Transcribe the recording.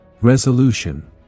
Resolution